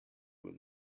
would